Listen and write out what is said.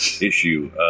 issue